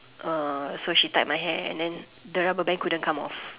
uh so she tied my hair and then the rubber band couldn't come of